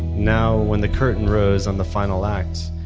now when the curtain rose on the final acts,